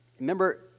Remember